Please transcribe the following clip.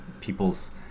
people's